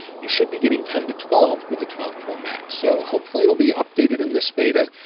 you should be getting ten to twelve with a twelve pro max. so hopefully it will be updated in this beta.